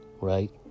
Right